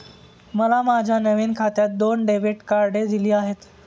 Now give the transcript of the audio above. मला माझ्या नवीन खात्यात दोन डेबिट कार्डे दिली आहेत